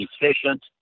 efficient